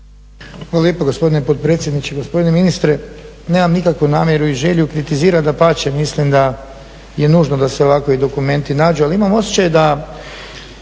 Hvala lijepa gospodine potpredsjedniče. Gospodine ministre, nemam nikakvu namjeru i želju kritizirati, dapače, mislim da je nužno da se ovakvi dokumenti nađu ali imam osjećaj da